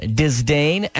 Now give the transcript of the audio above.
disdain